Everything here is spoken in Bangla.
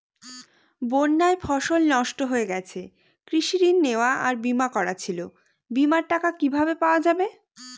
বন্যায় ফসল নষ্ট হয়ে গেছে কৃষি ঋণ নেওয়া আর বিমা করা ছিল বিমার টাকা কিভাবে পাওয়া যাবে?